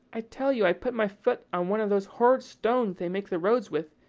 i tell you i put my foot on one of those horrid stones they make the roads with,